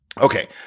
Okay